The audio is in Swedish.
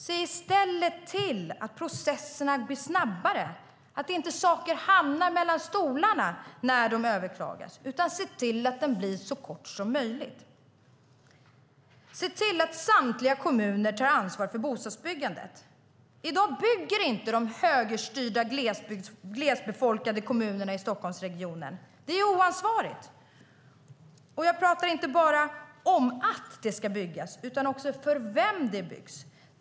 Se i stället till att processerna blir snabbare och att saker inte hamnar mellan stolarna när de överklagas. Se till att processen blir så kort som möjligt. Se till att samtliga kommuner tar ansvar för bostadsbyggandet! I dag bygger inte de högerstyrda glesbefolkade kommunerna i Stockholmsregionen. Det är oansvarigt. Jag talar inte bara om att det ska byggas utan också om för vem det byggs.